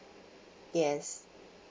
yes